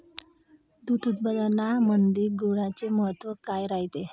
दूध उत्पादनामंदी गुळाचे महत्व काय रायते?